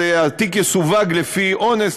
התיק יסווג לפי אונס,